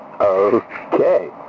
Okay